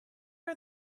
are